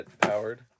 powered